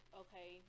okay